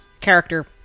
character